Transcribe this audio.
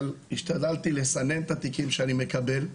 אבל השתדלתי לסנן את התיקים שאני מקבל.